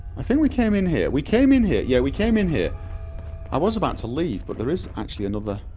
i think we cam in here we came in here, yeah, we came in here i was about to leave but there is actually another